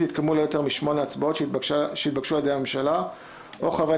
יתקיימו לא יותר מ-8 הצבעות שהתבקשו על ידי הממשלה או חברי